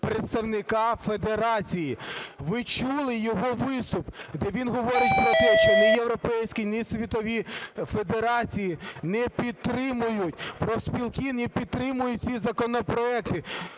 представника федерації, ви чули його виступ. Він говорить про те, що ні європейські, ні світові федерації не підтримують, профспілки не підтримують ці законопроекти.